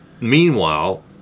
meanwhile